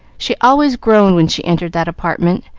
she always groaned when she entered that apartment,